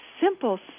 simple